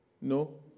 No